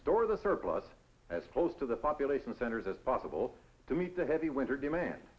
store the surplus as close to the population centers as possible to meet the heavy winter demand